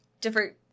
different